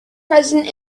present